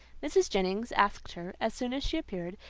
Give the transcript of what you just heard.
mrs. jennings asked her, as soon as she appeared,